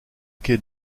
quai